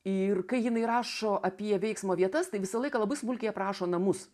ir kai jinai rašo apie veiksmo vietas tai visą laiką labai smulkiai aprašo namus